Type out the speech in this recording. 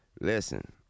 listen